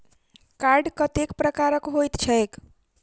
Card कतेक प्रकारक होइत छैक?